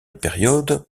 période